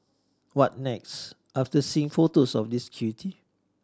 what next after seeing photos of this cutie